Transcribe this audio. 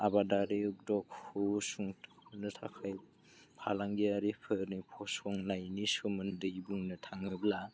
आबादारि उद्दगखौ सुफुंनो थाखाय फालांगियारिफोरनि फसंनायनि सोमोन्दै बुंनो थाङोब्ला